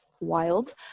wild